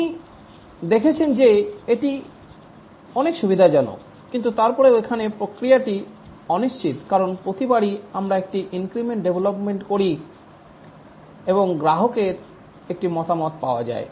আপনি দেখেছেন যে এটি অনেক সুবিধাজনক কিন্তু তারপরেও এখানে প্রক্রিয়াটি অনিশ্চিত কারণ প্রতিবারই আমরা একটি ইনক্রিমেন্ট ডেভেলপ করি এবং গ্রাহকের একটি মতামত পাওয়া যায়